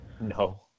No